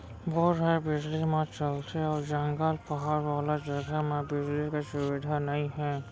bore ह बिजली म चलथे अउ जंगल, पहाड़ वाला जघा म बिजली के सुबिधा नइ हे